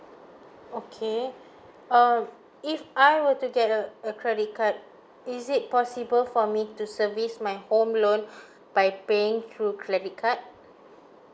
okay um if I were to get a a credit card is it possible for me to service my home loan by paying through credit card